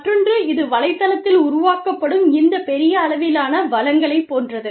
மற்றொன்று இது வலைத்தளத்தில் உருவாக்கப்படும் இந்த பெரிய அளவிலான வளங்களைப் போன்றது